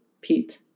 pete